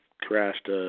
crashed